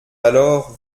alors